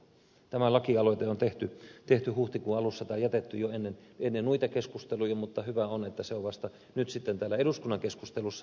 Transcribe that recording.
tämä lakialoite on tehty huhtikuun alussa tai jätetty jo ennen noita keskusteluja mutta hyvä on että se on vasta nyt sitten täällä eduskunnan keskustelussa